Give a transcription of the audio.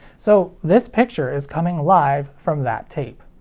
so, this picture is coming live from that tape.